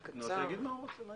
טוב, אז שהוא יגיד מה שהוא רוצה.